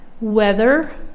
weather